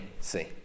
See